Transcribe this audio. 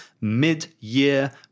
Mid-Year